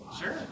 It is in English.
Sure